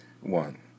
one